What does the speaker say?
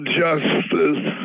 justice